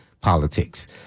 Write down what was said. politics